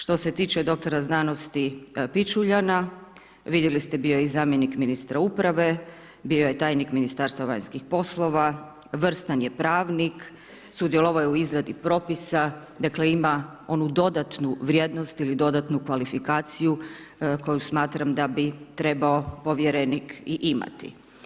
Što se tiče dr.sc. Pičuljana, vidjeli ste bio je i zamjenik ministra uprave, bio je tajnik Ministarstva vanjskih poslova, vrstan je pravnik, sudjelovao je u izradi propisa, dakle ima onu dodatnu vrijednost ili dodatnu kvalifikaciju koju smatram da bi trebao povjerenik i imati.